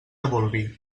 bolvir